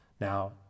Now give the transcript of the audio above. Now